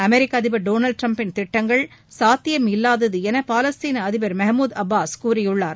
அமெரிக்க அதிபர் திரு டொனால்டு டிரம்பின் திட்டங்கள் சாத்தியமில்லாதது என பாலஸ்தீன அதிபர் திரு மகமுத் அப்பாஸ் கூறியுள்ளார்